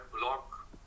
block